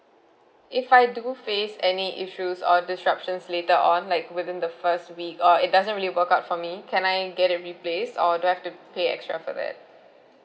if I do face any issues or disruptions later on like within the first week or it doesn't really work out for me can I get it replaced or do I have to pay extra for that